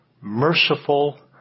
merciful